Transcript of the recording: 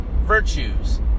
Virtues